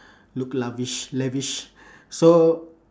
look lavish lavish so